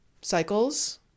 cycles